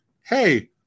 Hey